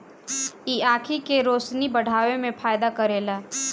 इ आंखी के रोशनी बढ़ावे में फायदा करेला